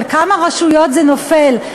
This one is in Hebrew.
על כמה רשויות זה נופל,